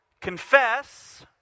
Confess